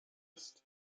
ist